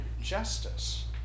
justice